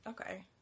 Okay